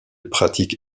pratique